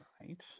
Right